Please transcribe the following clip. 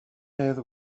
hedd